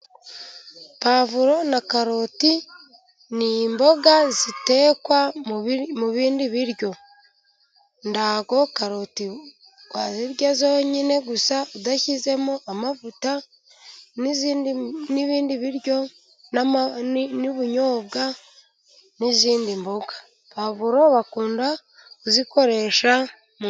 Pavuro na karoti ni imboga zitekwa mu bindi biryo, ntago karoti wazirya zonyine gusa udashyizemo amavuta n'ibindi biryo n'ubunyobwa n'izindi mboga, pavuro bakunda kuzikoresha